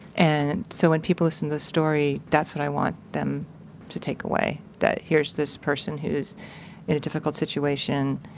and so when people listen to the story that's what i want them to take away. that here's this person who's in a difficult situation,